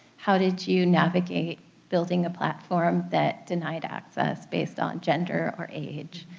how did you navigate building a platform that denied access based on gender or age?